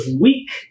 weak